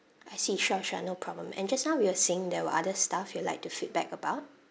I see sure sure no problem and just now you were saying there were other stuff you'd like to feedback about